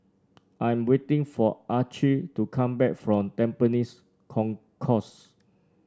I am waiting for Archie to come back from Tampines Concourse